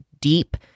deep